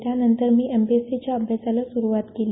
त्यानंतर मी एमपीएससी च्या अभ्यासाला सुरुवात केली